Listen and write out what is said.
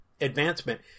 advancement